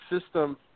system